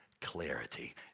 clarity